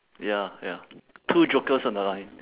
ya ya two jokers on the line